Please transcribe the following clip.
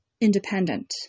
independent